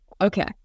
Okay